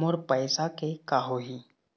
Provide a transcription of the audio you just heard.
मोर पैसा के का होही?